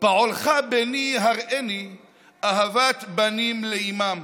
פועלך בני / הראני / אהבת בנים לאימם.